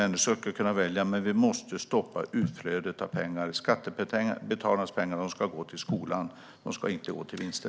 Människor ska kunna välja, men vi måste stoppa utflödet av pengar. Skattebetalarnas pengar ska gå till skolan; de ska inte gå till vinster.